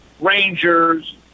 Rangers